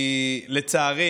לצערי